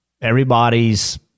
everybody's